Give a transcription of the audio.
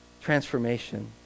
transformation